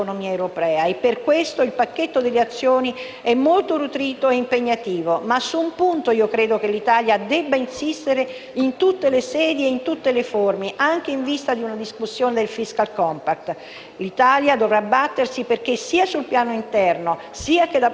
Su un punto, però, l'Italia deve insistere in tutte le sedi e in tutte le forme, anche in vista di una discussione del *fiscal compact*: l'Italia dovrà battersi perché, sia sul piano interno che da parte della Commissione europea, siano rilanciati gli investimenti pubblici